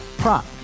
prop